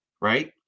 right